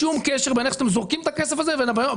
אין שום קשר בין איך שאתם זורקים את הכסף הזה לבין הבעיות